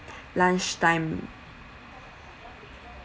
lunch time